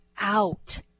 out